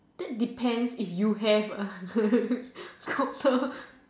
that depends if you have a copter